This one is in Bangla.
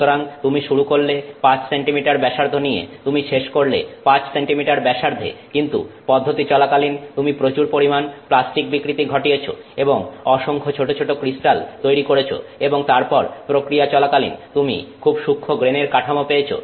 সুতরাং তুমি শুরু করলে 5 সেন্টিমিটার ব্যাসার্ধ নিয়ে তুমি শেষ করলে 5 সেন্টিমিটার ব্যাসার্ধে কিন্তু পদ্ধতি চলাকালীন তুমি প্রচুর পরিমাণ প্লাস্টিক বিকৃতি ঘটিয়েছো এবং অসংখ্য ছোট ছোট ক্রিস্টাল তৈরি করেছ এবং তারপর প্রক্রিয়া চলাকালীন তুমি খুব সূক্ষ্ম গ্রেনের কাঠামো পেয়েছো